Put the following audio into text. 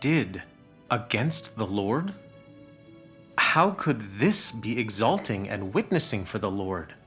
did against the lord how could this be exulting and witnessing for the lord